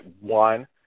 one